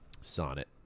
Sonnet